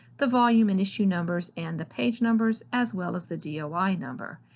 the volume and issue numbers, and the page numbers, as well as the doi number.